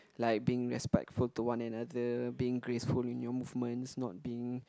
like being respectful to one another being graceful in your movements not being